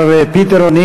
(מחיאות כפיים) מר פיטר או'ניל,